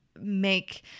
make